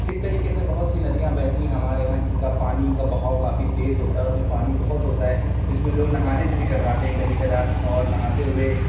اِس طریقے سے بہت سی ندیاں بہتی ہیں ہمارے یہاں جن کا پانی کا بہاؤ کافی تیز ہوتا ہے اور اُس میں پانی بہت ہوتا ہے جس میں لوگ نہانے سے بھی کتراتے ہیں کبھی کبھار اور نہاتے ہوئے